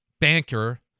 banker